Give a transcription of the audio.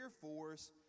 force